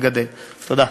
תודה.